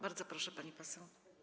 Bardzo proszę, pani poseł.